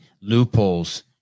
loopholes